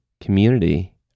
community